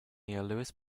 lewis